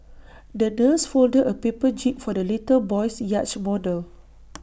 the nurse folded A paper jib for the little boy's yacht model